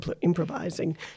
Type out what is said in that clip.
improvising